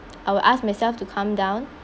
I will ask myself to calm down